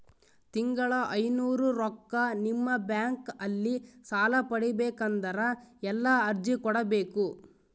ತಿಂಗಳ ಐನೂರು ರೊಕ್ಕ ನಿಮ್ಮ ಬ್ಯಾಂಕ್ ಅಲ್ಲಿ ಸಾಲ ಪಡಿಬೇಕಂದರ ಎಲ್ಲ ಅರ್ಜಿ ಕೊಡಬೇಕು?